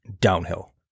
downhill